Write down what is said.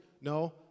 No